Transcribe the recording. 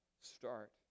start